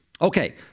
Okay